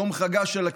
יום חגה של הכנסת,